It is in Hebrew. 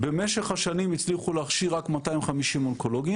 במשך השנים הצליחו להכשיר רק 250 אונקולוגים,